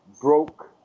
broke